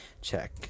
Check